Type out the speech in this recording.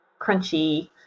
crunchy